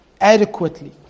adequately